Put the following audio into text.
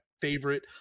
favorite